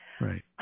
Right